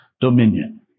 dominion